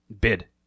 bid